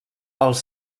els